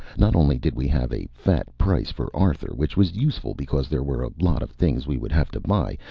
not only did we have a fat price for arthur, which was useful because there were a lot of things we would have to buy,